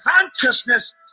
consciousness